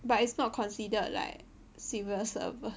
but it's not considered like civil servant